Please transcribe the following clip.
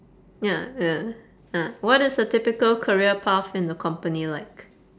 ya ya ya what is a typical career path in the company like